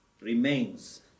remains